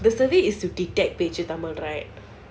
the study is to detect pager tamil right